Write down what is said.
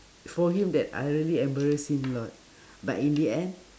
for him that I really embarrassed him lot but in the end